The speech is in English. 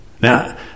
Now